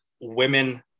women